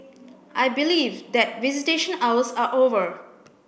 I believe that visitation hours are over